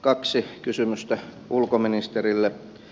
kaksi kysymystä ulkoministerille